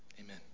Amen